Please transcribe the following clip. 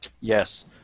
Yes